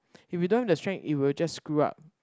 if you don't have the strength it will just screw up